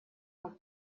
как